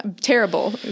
terrible